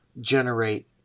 generate